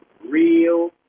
real